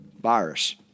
virus